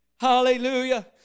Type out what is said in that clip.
Hallelujah